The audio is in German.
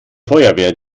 feuerwehr